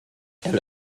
elle